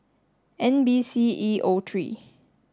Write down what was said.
N B C E O three